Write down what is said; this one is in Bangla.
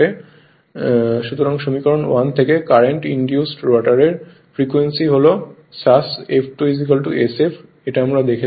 স্লাইড সময় পড়ুন 2258 সুতরাং সমীকরণ 1 থেকে কারেন্ট ইনডিউসড রোটরের ফ্রিকোয়েন্সি হল স্যাস F2 sf এটা আমরা দেখেছি